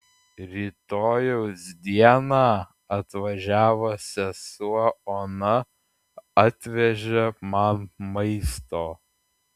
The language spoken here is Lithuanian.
rytojaus dieną atvažiavo sesuo ona atvežė man maisto